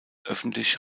öffentlich